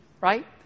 right